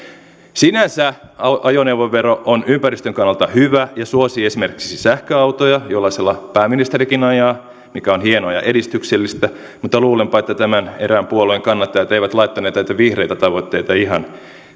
sinänsä ajoneuvovero on ympäristön kannalta hyvä ja suosii esimerkiksi sähköautoja jollaisella pääministerikin ajaa mikä on hienoa ja edistyksellistä mutta luulenpa että tämän erään puolueen kannattajat eivät laittaneet näitä vihreitä tavoitteita ihan